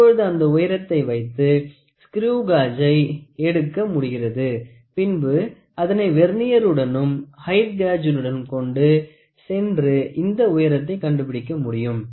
இப்பொழுது அந்த உயரத்தை வைத்து ஸ்குரு காஜை எடுக்க முடிகிறது பின்பு அதனை வெர்னியருடனும் ஹைட் கேஜுடன் கொண்டு சென்று இந்த உயரத்தை கண்டுபிடிக்க முடியும்